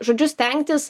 žodžiu stengtis